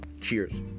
Cheers